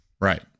Right